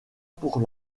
pour